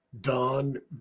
Don